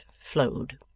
flowed